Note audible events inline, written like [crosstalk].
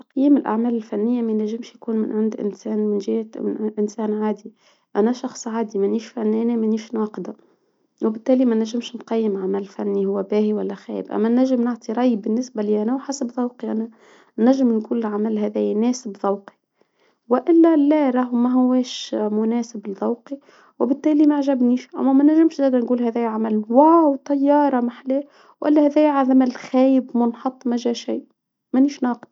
تقييم الأعمال الفنية ما ينجمش يكون من عند إنسان من جهة [hesitation] إنسان عادي، أنا شخص عادي مانيش فنانة مانيش ناقدة. وبالتالي ما نجمش نقيم عمل فني هو باهي ولا خايب، أما ناجم نعطي رأي بالنسبة ليا أنا وحسب ذوقي أنا. [noise] نجم نقول العمل هذايا يناسب ذوقي والإ لا راهو ماهواش مناسب لذوقي، وبالتالي ما عجبنيش أنا ما نجمش نقول هذا عمل واو طيارة ما احلاه. ولا هذا عازم الخايب منحط ما جا شيء، مانيش ناقدة.